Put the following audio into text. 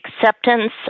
acceptance